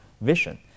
vision